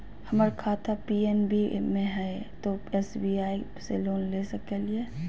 हमर खाता पी.एन.बी मे हय, तो एस.बी.आई से लोन ले सकलिए?